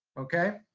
okay?